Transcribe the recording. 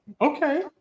Okay